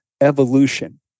evolution